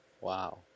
Wow